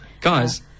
Guys